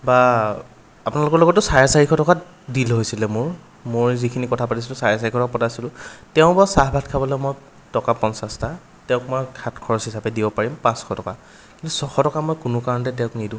বা আপোনালোকৰ লগতো চাৰে চাৰিশ টকাত ডীল হৈছিলে মোৰ মোৰ যিখিনি কথা পাতিছিলোঁ চাৰে চাৰিশ টকা পতা আছিলোঁ তেওঁ বাৰু চাহ ভাত খাবলৈ মই টকা পঞ্চাশটা তেওঁক মই হাত খৰচ হিচাপে দিব পাৰিম পাঁচশ টকা কিন্তু ছশ টকা মই কোনো কাৰণতে তেওঁক নিদিওঁ